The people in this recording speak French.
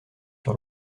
sur